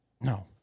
No